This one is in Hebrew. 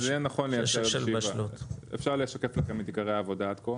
זה יהיה נכון --- אפשר להציג את עיקרי העבודה פה,